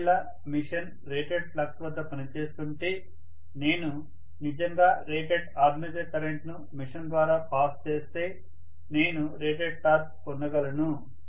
ఒకవేళ machine rated flux వద్ద పనిచేస్తుంటే నేను నిజంగా రేటెడ్ ఆర్మేచర్ కరెంట్ను మెషిన్ ద్వారా పాస్ చేస్తే నేను రేటెడ్ టార్క్ పొందగలను